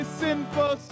sinful